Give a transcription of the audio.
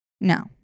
No